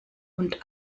und